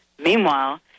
Meanwhile